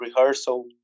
rehearsal